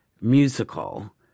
musical